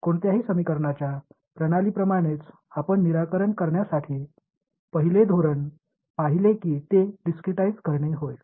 எந்தவொரு சமன்பாட்டின் எந்தவொரு அமைப்பையும் போலவே அதைத் தீர்ப்பதற்கான முதல் திட்டத்தை தனித்தனியாக நீங்கள் காண்கிறீர்கள்